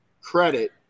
credit